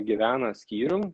gyvena skyrium